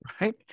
right